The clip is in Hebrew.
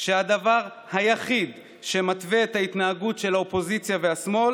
שהדבר היחיד שמתווה את ההתנהגות של האופוזיציה והשמאל